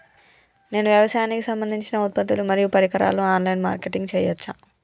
నేను వ్యవసాయానికి సంబంధించిన ఉత్పత్తులు మరియు పరికరాలు ఆన్ లైన్ మార్కెటింగ్ చేయచ్చా?